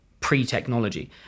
pre-technology